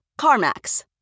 CarMax